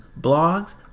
blogs